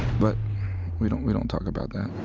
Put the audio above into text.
but we don't we don't talk about that.